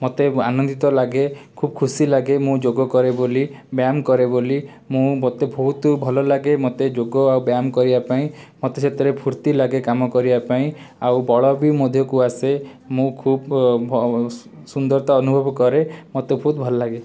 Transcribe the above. ମୋତେ ଆନନ୍ଦିତ ଲାଗେ ଖୁବ ଖୁସି ଲାଗେ ମୁଁ ଯୋଗ କରେ ବୋଲି ବ୍ୟାୟାମ କରେ ବୋଲି ମୁଁ ମୋତେ ବହୁତ ଭଲଲାଗେ ମୋତେ ଯୋଗ ବ୍ୟାୟାମ କରିବା ପାଇଁ ମୋତେ ସେତେରେ ଫୂର୍ତ୍ତି ଲାଗେ କାମ କରିବାପାଇଁ ଆଉ ବଳ ବି ମୋ ଦେହକୁ ଆସେ ମୁଁ ଖୁବ୍ ସୁନ୍ଦରତା ଅନୁଭବ କରେ ମୋତେ ବହୁତ ଭଲଲାଗେ